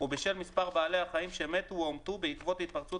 ובשל מספר בעלי החיים שמתו או הומתו בעקבות התפרצות